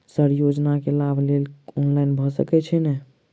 Sir योजना केँ लाभ लेबऽ लेल ऑनलाइन भऽ सकै छै नै?